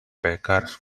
beggars